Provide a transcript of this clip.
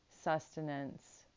sustenance